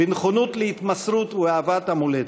בנכונות להתמסרות ובאהבת המולדת.